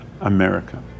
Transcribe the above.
America